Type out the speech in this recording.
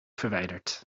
verwijderd